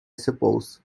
suppose